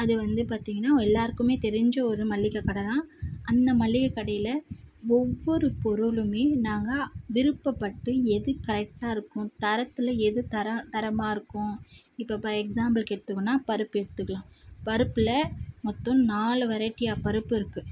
அது வந்து பார்த்தீங்கன்னா எல்லாேருக்குமே தெரிஞ்ச ஒரு மளிகைக் கடை தான் அந்த மளிகைக் கடையில் ஒவ்வொரு பொருளுமே நாங்கள் விருப்பப்பட்டு எது கரெக்டாக இருக்கும் தரத்தில் எது தர தரமாக இருக்கும் இப்போ பார் எக்சாம்பிளுக்கு எடுத்துக்கணுன்னால் பருப்பு எடுத்துக்கலாம் பருப்பில் மொத்தம் நாலு வெரைட்டியாக பருப்பு இருக்குது